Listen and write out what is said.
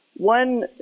One